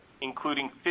including